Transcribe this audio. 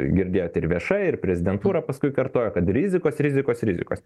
girdėjot ir viešai ir prezidentūra paskui kartojo kad rizikos rizikos rizikos